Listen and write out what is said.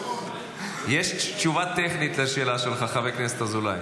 יש תשובה טכנית לשאלה שלך, חבר הכנסת אזולאי.